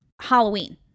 Halloween